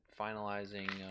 finalizing